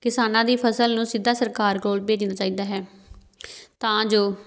ਕਿਸਾਨਾਂ ਦੀ ਫਸਲ ਨੂੰ ਸਿੱਧਾ ਸਰਕਾਰ ਕੋਲ ਭੇਜਣਾ ਚਾਹੀਦਾ ਹੈ ਤਾਂ ਜੋ